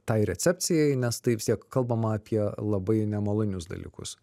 tai recepcijai nes tai vis tiek kalbama apie labai nemalonius dalykus